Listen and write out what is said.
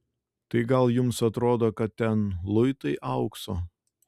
tai gal jums atrodo kad ten luitai aukso